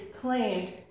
claimed